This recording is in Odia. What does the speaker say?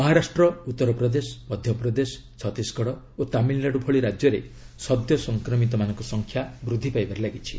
ମହାରାଷ୍ଟ୍ର ଉତ୍ତରପ୍ରଦେଶ ମଧ୍ୟପ୍ରଦେଶ ଛତିଶଗଡ ଓ ତାମିଲନାଡ଼ୁ ଭଳି ରାଜ୍ୟରେ ସଦ୍ୟ ସଂକ୍ମିତମାନଙ୍କ ସଂଖ୍ୟା ବୃଦ୍ଧି ପାଇବାରେ ଲାଗିଛି